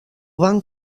van